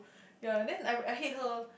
ya then I'm I hate her